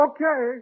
Okay